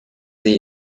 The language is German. sie